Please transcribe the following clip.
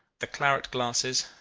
the claret-glasses,